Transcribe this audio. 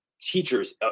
teachers